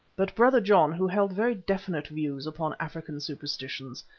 but brother john, who held very definite views upon african superstitions,